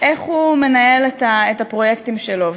איך הוא מנהל את הפרויקטים שלו,